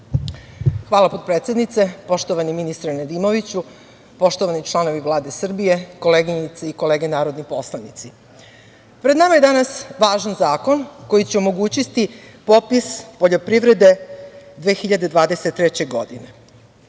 Hvala potpredsednice, poštovani ministre Nedimoviću, poštovani članovi Vlade Srbije, koleginice i kolege narodni poslanici. Pred nama je danas važan zakon, koji će omogućiti popis poljoprivrede 2023. godine. Popis